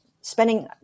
spending